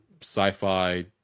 sci-fi